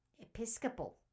Episcopal